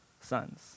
sons